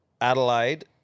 Adelaide